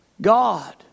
God